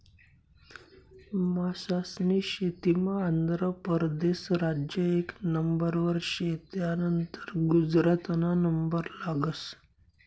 मासास्नी शेतीमा आंध्र परदेस राज्य एक नंबरवर शे, त्यानंतर गुजरातना नंबर लागस